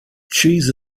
cheese